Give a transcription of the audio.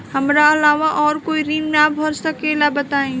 हमरा अलावा और कोई ऋण ना भर सकेला बताई?